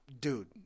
Dude